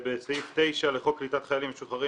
ובסעיף 9 לחוק קליטת חיילים משוחררים,